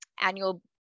annual